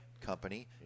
company